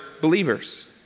believers